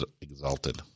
exalted